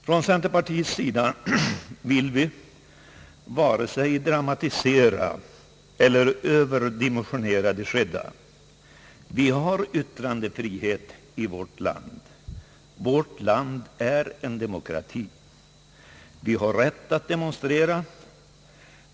Från centerpartiets sida vill vi varken dramatisera eller överdimensionera det skedda. Det råder yttrandefrihet i vårt land. Vårt land är en demokrati. Vi har rätt att demonstrera.